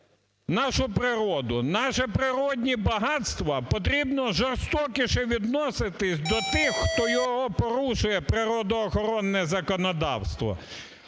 нашу природу, наші природні багатства, потрібно жорстокіше відноситися до тих, хто його порушує – природоохоронне законодавство.